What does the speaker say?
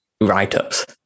write-ups